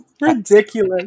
ridiculous